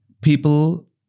people